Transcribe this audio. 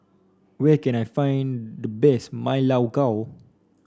where can I find the best Ma Lai Gao